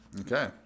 Okay